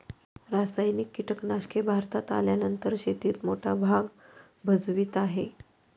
रासायनिक कीटनाशके भारतात आल्यानंतर शेतीत मोठा भाग भजवीत आहे